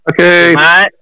okay